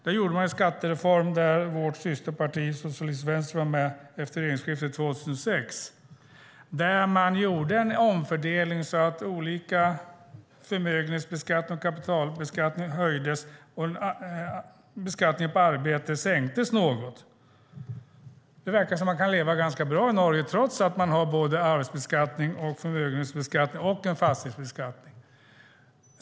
Där genomförde man en skattereform efter regeringsskiftet 2006 där vårt systerparti Sosialistisk Venstreparti var med. Man gjorde en omfördelning så att förmögenhetsbeskattningen och kapitalbeskattningen höjdes och beskattningen på arbete sänktes något. Det verkar som om man kan leva ganska bra i Norge trots att man har arvsbeskattning, förmögenhetsbeskattning och fastighetsbeskattning.